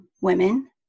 women